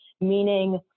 meaning